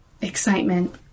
excitement